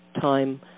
time